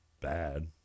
bad